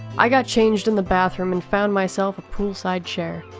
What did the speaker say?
i got changed in the bathroom and found myself a poolside chair.